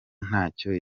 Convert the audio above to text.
ntacyo